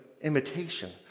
imitation